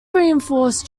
reinforced